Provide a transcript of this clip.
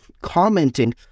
commenting